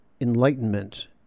enlightenment